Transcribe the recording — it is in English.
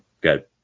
good